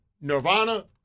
Nirvana